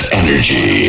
energy